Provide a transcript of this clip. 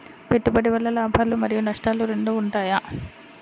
పెట్టుబడి వల్ల లాభాలు మరియు నష్టాలు రెండు ఉంటాయా?